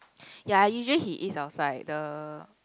ya usually he eats outside the